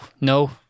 no